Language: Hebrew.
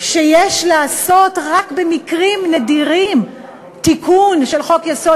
שיש לעשות רק במקרים נדירים תיקון של חוק-יסוד